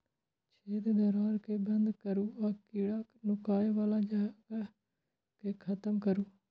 छेद, दरार कें बंद करू आ कीड़ाक नुकाय बला जगह कें खत्म करू